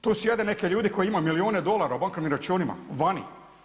Tu sjede neki ljudi koji imaju milijune dolara na bankovnim računima vani.